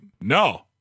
no